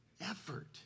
effort